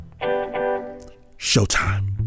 Showtime